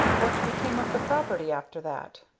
what became of the property after that?